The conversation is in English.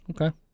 Okay